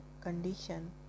condition